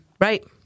Right